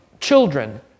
children